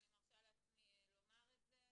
אני מרשה לעצמי לומר את זה,